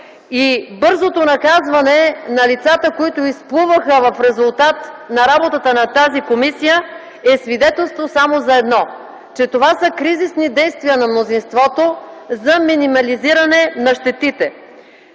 и бързото наказване на лицата, които изплуваха в резултат на работата на тази комисия, е свидетелство само за едно – че това са кризисни действия на мнозинството за минимализиране на щетите,